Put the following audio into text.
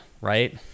right